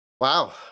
Wow